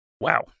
Wow